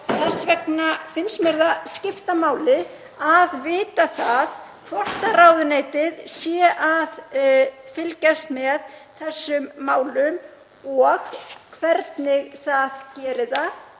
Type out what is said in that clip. þess vegna finnst mér það skipta máli að vita hvort ráðuneytið sé að fylgjast með þessum málum og hvernig það gerir það